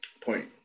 Point